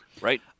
right